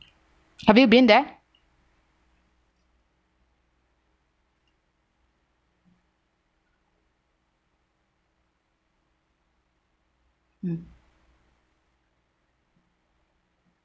have you been there hmm